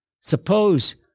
Suppose